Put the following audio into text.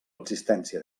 existència